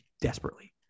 Desperately